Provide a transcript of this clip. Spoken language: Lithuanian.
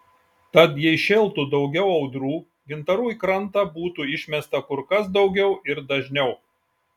tad jei šėltų daugiau audrų gintarų į krantą būtų išmesta kur kas daugiau ir dažniau